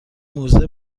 موزه